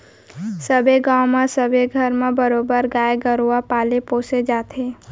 सबे गाँव म सबे घर म बरोबर गाय गरुवा पाले पोसे जाथे